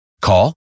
Call